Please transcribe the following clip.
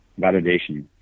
validation